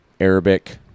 Arabic